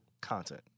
content